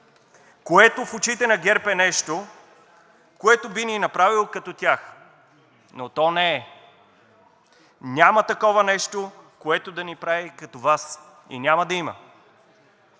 което в очите на ГЕРБ е нещо, което би ни направило като тях, но то не е. Няма такова нещо, което да ни прави като Вас и няма да има.